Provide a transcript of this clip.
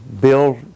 Bill